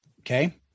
Okay